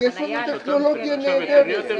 יש לנו טכנולוגיה נהדרת.